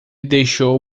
deixou